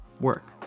work